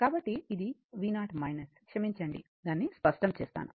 కాబట్టి ఇది v0 క్షమించండి దాన్నిస్పష్టం చేస్తాను